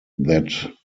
that